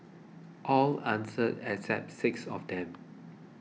all answered except six of them